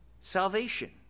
Salvation